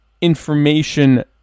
information